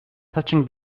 touching